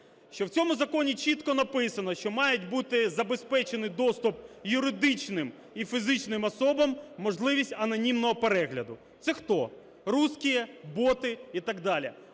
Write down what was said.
Що в цьому законі чітко написано, що має бути забезпечений доступ юридичним і фізичним особам, можливість анонімного перегляду. Це хто? Русские, боти і так далі.